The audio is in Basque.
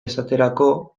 esaterako